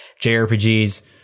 JRPGs